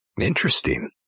Interesting